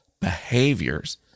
behaviors